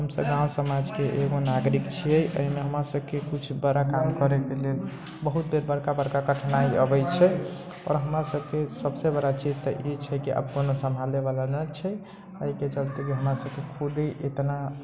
हमसब गाँव समाजके एगो नागरिक छियै एहिमे हमरा सबके किछु बड़ा काम करैके लेल बहुत बेर बड़का बड़का कठिनाइ अबै छै आओर हमरा सबके सबसँ बड़ा चीज तऽ ई छै की अब कोनो सम्भालनेवला नहि छै एहिके चलते की हमरा सबके खुद ही इतना